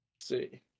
see